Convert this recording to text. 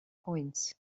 coins